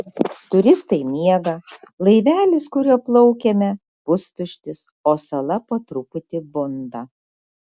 turistai miega laivelis kuriuo plaukėme pustuštis o sala po truputį bunda